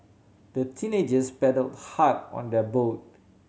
the teenagers paddled hard on their boat